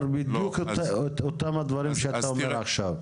בדיוק את אותם הדברים שאתה אומר עכשיו.